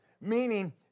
Meaning